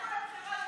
לכו לבחירות,